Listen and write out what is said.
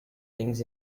things